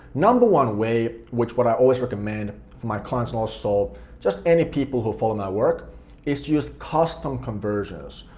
number one way, which what i always recommend for my clients and also just any people who follow my work is to use custom conversions,